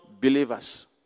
believers